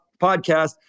podcast